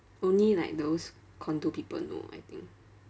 only like those condo people know I think